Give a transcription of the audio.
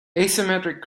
asymmetric